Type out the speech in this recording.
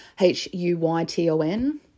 H-U-Y-T-O-N